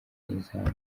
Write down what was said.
izamu